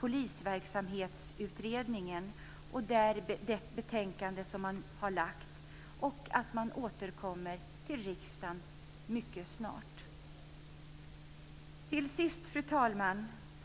Polisverksamhetsutredningens betänkande och snarast återkommer till riksdagen. Fru talman!